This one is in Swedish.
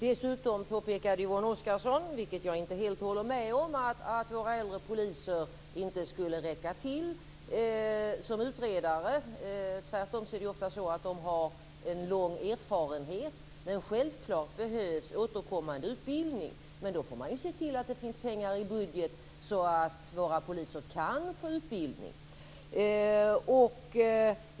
Dessutom påpekade Yvonne Oscarsson, vilket jag inte helt håller med om, att våra äldre poliser inte skulle räcka till som utredare. Tvärtom är det ofta så att de har en lång erfarenhet. Självklart behövs återkommande utbildning. Men då får man se till att det finns pengar i budget så att våra poliser kan få utbildning.